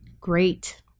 Great